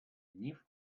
днів